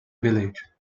village